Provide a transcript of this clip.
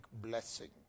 blessing